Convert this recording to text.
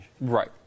Right